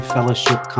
Fellowship